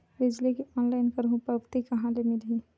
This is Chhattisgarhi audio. बिजली के ऑनलाइन करहु पावती कहां ले मिलही?